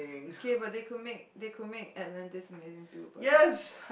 K but they could make they could make Atlantis meaning to but